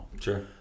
Sure